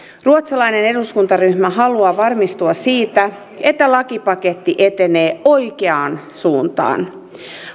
ruotsalainen eduskuntaryhmä haluaa varmistua siitä että lakipaketti etenee oikeaan suuntaan